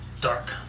dark